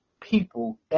people